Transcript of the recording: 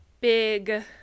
big